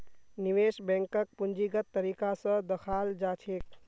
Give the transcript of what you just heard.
निवेश बैंकक पूंजीगत तरीका स दखाल जा छेक